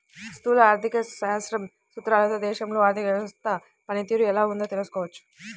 స్థూల ఆర్థిక శాస్త్రం సూత్రాలతో దేశంలో ఆర్థిక వ్యవస్థ పనితీరు ఎలా ఉందో తెలుసుకోవచ్చు